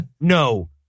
no